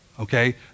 okay